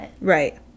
right